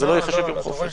זה לא ייחשב יום חופש.